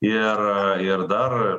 ir ir dar